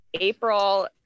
April